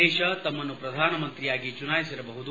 ದೇಶ ತಮ್ನನ್ನು ಪ್ರಧಾನಮಂತ್ರಿಯಾಗಿ ಚುನಾಯಿಸಿರಬಹುದು